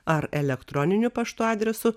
ar elektroniniu paštu adresu